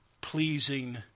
pleasing